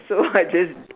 so I just